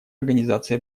организации